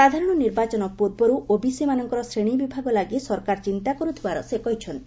ସାଧାରଣ ନିର୍ବାଚନ ପୂର୍ବରୁ ଓବିସିମାନଙ୍କର ଶ୍ରେଣୀ ବିଭାଗ ଲାଗି ସରକାର ଚିନ୍ତା କରୁଥିବାର ସେ କହିଛନ୍ତି